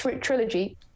trilogy